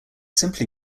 simply